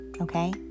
Okay